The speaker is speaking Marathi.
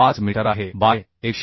5 मीटर आहे बाय 127